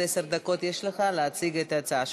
עד עשר דקות יש לך להציג את ההצעה שלך.